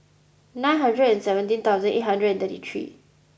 nine hundred and seventeen thousand eight hundred and thirty three